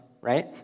right